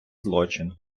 злочин